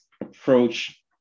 approach